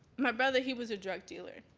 my brother, he was a drug dealer.